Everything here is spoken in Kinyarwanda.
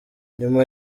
nyuma